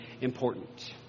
important